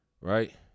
Right